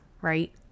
right